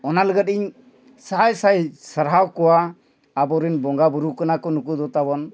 ᱚᱱᱟ ᱞᱟᱹᱜᱤᱫ ᱤᱧ ᱥᱟᱭ ᱥᱟᱭ ᱥᱟᱨᱦᱟᱣ ᱠᱚᱣᱟ ᱟᱵᱚᱨᱮᱱ ᱵᱚᱸᱜᱟ ᱵᱩᱨᱩ ᱠᱟᱱᱟ ᱠᱚ ᱱᱩᱠᱩ ᱫᱚ ᱛᱟᱵᱚᱱ